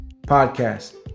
podcast